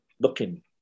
looking